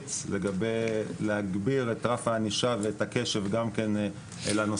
הצבאית לגבי להגביר את רף הענישה ואת הקשב גם כן לנושא הזה.